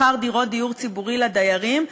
מכר דירות דיור ציבורי לדיירים,